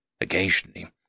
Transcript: Occasionally